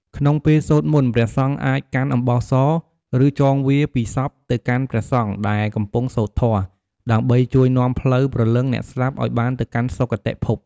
ក្នុងពេលសូត្រមន្ត ព្រះសង្ឃអាចកាន់អំបោះស ឬចងវាពីសពទៅកាន់ព្រះសង្ឃដែលកំពុងសូត្រធម៌ ដើម្បីជួយនាំផ្លូវព្រលឹងអ្នកស្លាប់ឱ្យបានទៅកាន់សុគតិភព។